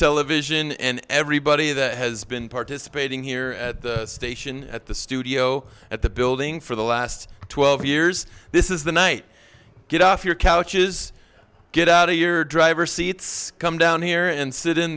television and everybody that has been participating here at the station at the studio at the building for the last twelve years this is the night get off your couches get out of your driver seats come down here and sit in